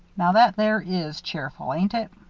now that there is cheerful, ain't it?